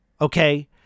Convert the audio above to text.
Okay